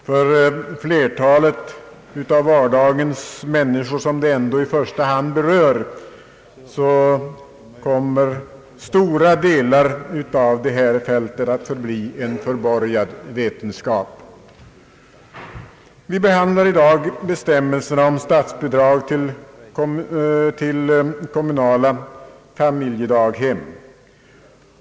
För flertalet av vardagens människor, som bestämmelserna ändå i första hand berör, kommer stora delar av detta fält att förbli en förborgad vetenskap. Vi behandlar i dag bestämmelserna om statsbidrag till kommunala familjedaghem.